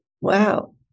Wow